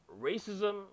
racism